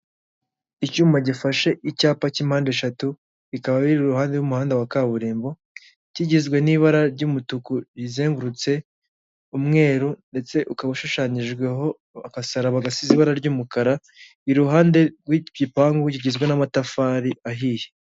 Icyuma gifashe icyapa cy'impande eshatu, bikaba biri iruhande rw'umuhanda wa kaburimbo, kigizwe n'ibara ry'umutuku rizengurutse, umweru ndetse ukaba ushushanyijweho agasaraba gasize ibara ry'umukara iruhande rw'igipangu kigizwe n'amatafari ahiye.